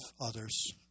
others